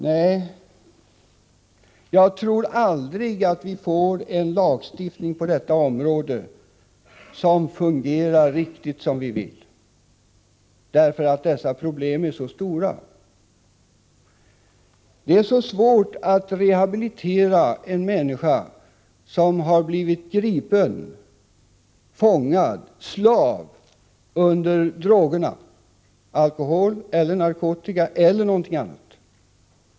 Nej, jag tror aldrig att vi får en lagstiftning på detta område som fungerar riktigt som vi vill, eftersom dessa problem är så stora. Det är så svårt att rehabilitera en människa som har blivit gripen, fångad av, slav under drogerna — alkohol, narkotika eller något annat.